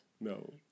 No